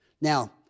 Now